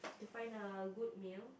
to find a good meal